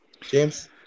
James